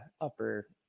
upper